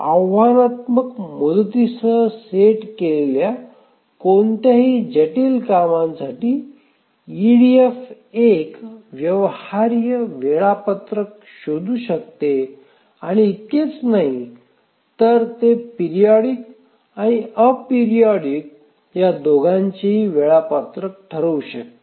आव्हानात्मक मुदतीसह सेट केलेल्या कोणत्याही जटिल कामांसाठी ईडीएफ एक व्यवहार्य वेळापत्रक शोधू शकते आणि इतकेच नाही तर ते पेरिओडिक आणि एपेरिओडिक या दोघांचेही वेळापत्रक ठरवू शकते